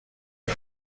است